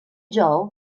joe